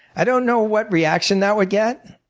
i don't know what reaction that would get